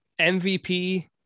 MVP